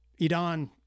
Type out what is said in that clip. Idan